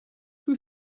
who